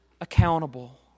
accountable